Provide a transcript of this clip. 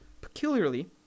peculiarly